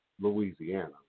Louisiana